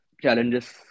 challenges